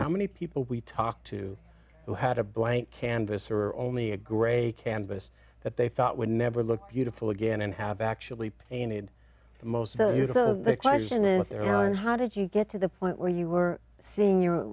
how many people we talk to who had a blank canvas or only a gray canvas that they thought would never look beautiful again and have actually painted the most value to the question is there and how did you get to the point where you were seeing your